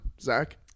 Zach